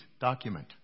document